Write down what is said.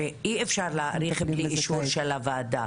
הרי אי אפשר להאריך בלי אישור של הוועדה